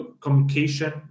communication